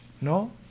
No